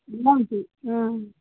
అల్లం టీ